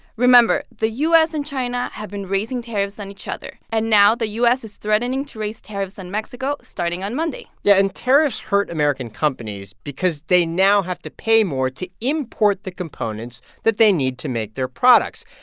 remember the u s. and china have been raising tariffs on each other. and now the u s. is threatening to raise tariffs on mexico starting on monday yeah. and tariffs hurt american companies because they now have to pay more to import the components that they need to make their products.